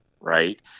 right